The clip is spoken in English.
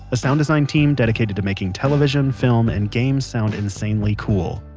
a sound design team dedicated to making television, film and games sound insanely cool.